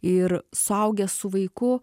ir suaugę su vaiku